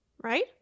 right